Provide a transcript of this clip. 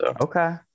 Okay